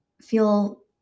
feel